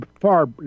far